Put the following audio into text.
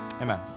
Amen